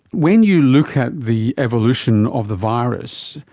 when you look at the evolution of the virus,